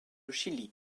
chili